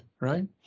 right